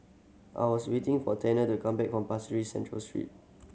I was waiting for Tanner to come back from Pasir Ris Central Street